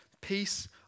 Peace